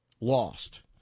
lost